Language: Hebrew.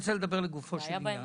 לגופו של עניין,